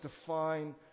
define